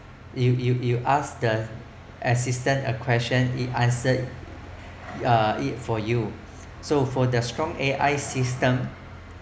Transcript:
you you you ask the assistant a question it answers uh it for you so for the strong A_I system